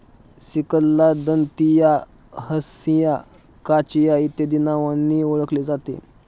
सिकलला दंतिया, हंसिया, काचिया इत्यादी नावांनी ओळखले जाते